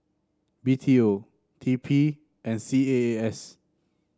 B T O T P and C A A S